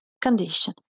condition